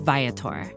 Viator